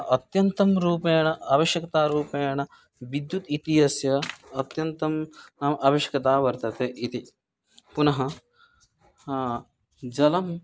अत्यन्तं रूपेण आवश्यकतारूपेण विद्युत् इत्यस्य अत्यन्तं नाम आवश्यकता वर्तते इति पुनः जलं